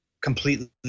completely